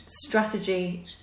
strategy